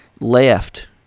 left